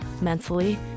mentally